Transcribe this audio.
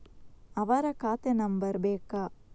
ಅವರ ಖಾತೆ ನಂಬರ್ ಬೇಕಾ?